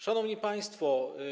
Szanowni Państwo!